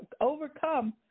overcome